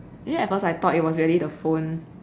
you know at first I thought it was really the phone